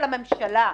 של הממשלה,